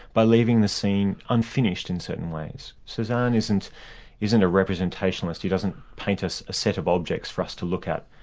by leaving the scene unfinished in certain ways. cezanne isn't isn't a representationalist, he doesn't paint us a set of objects for us to look at,